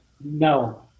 No